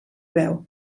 veu